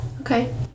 Okay